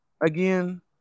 again